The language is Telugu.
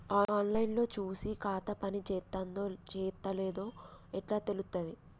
ఆన్ లైన్ లో చూసి ఖాతా పనిచేత్తందో చేత్తలేదో ఎట్లా తెలుత్తది?